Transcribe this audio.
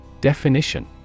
Definition